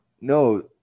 No